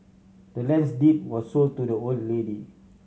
the land's deed was sold to the old lady